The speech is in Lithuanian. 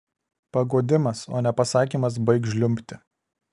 paguodimas o ne pasakymas baik žliumbti